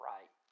Right